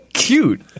Cute